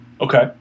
Okay